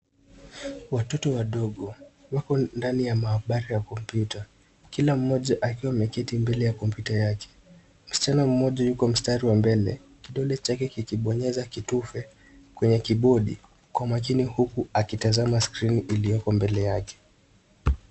Watoto wadogo wako ndani ya maabara ya kompyuta kila mmoja akiwa ameketi mbele ya kompyuta yake. Msichana mmoja yuko mstari wa mbele, kidole chake kikibonyeza kitufe kwenye kibodi kwa makini huku akitazama skrini iliyoko mbele yake.